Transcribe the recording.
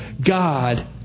God